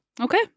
Okay